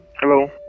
Hello